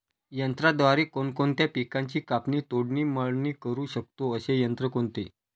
यंत्राद्वारे कोणकोणत्या पिकांची कापणी, तोडणी, मळणी करु शकतो, असे यंत्र कोणते?